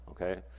okay